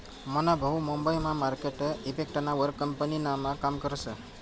मना भाऊ मुंबई मा मार्केट इफेक्टना वर कंपनीमा काम करस